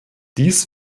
dies